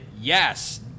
yes